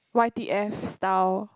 y_t_f style